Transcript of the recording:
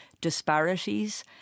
disparities